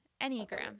Enneagram